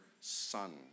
son